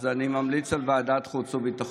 אז אני ממליץ על ועדת חוץ וביטחון.